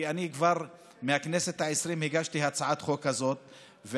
כי אני הגשתי הצעת חוק כזאת כבר בכנסת העשרים,